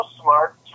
smart